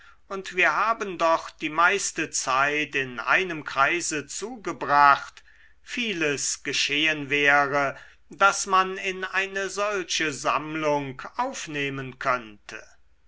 und wir haben doch die meiste zeit in einem kreise zugebracht vieles geschehen wäre das man in eine solche sammlung aufnehmen könnte